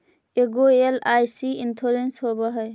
ऐगो LIC insurance होव है?